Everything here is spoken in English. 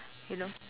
you know